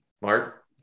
Mark